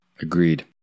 Agreed